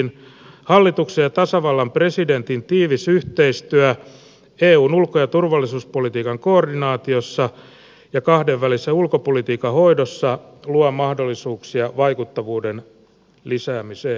hallituksen ja tasavallan presidentin tiivis yhteistyö eun ulko ja turvallisuuspolitiikan koordinaatiossa ja kahdenvälisen ulkopolitiikan hoidossa luo mahdollisuuksia vaikuttavuuden lisäämiseen